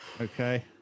Okay